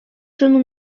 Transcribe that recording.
жену